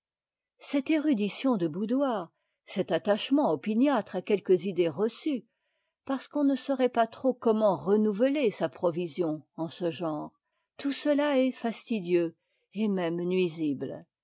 cette érudition de boudoir cet attachement opiniâtre à quelques idées reçues parce qu'on ne saurait pas trop comment renouveler sa provision en ce genre tout cela est fastidieux et même nuisible